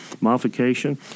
modification